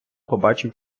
побачив